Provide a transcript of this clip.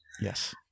yes